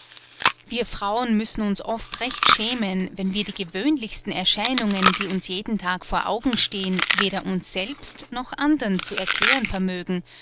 wir frauen müssen uns oft recht schämen wenn wir die gewöhnlichsten erscheinungen die uns jeden tag vor augen stehen weder uns selbst noch andern zu erklären vermögen